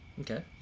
Okay